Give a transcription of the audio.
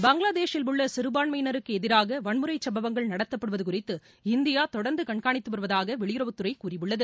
பங்களாதேஷ் ல் உள்ள சிறுபான்மையினருக்கு எதிராக வன்முறை சம்பவங்கள் நடத்தப்படுவது குறித்து இந்தியா தொடர்ந்து கண்காணித்து வருவதாக வெளியுறவுத்துறை கூறியுள்ளது